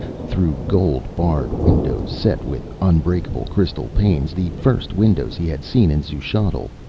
through gold-barred windows, set with unbreakable crystal panes, the first windows he had seen in xuchotl,